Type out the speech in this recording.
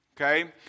Okay